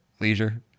Leisure